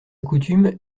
coutume